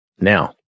Now